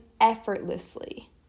effortlessly